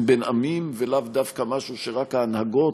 בין עמים ולאו דווקא משהו שרק ההנהגות,